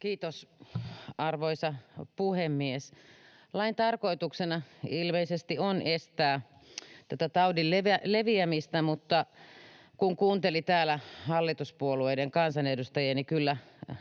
Kiitos, arvoisa puhemies! Lain tarkoituksena ilmeisesti on estää taudin leviämistä, mutta kun kuunteli täällä hallituspuolueiden kansanedustajia, niin